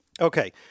Okay